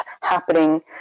happening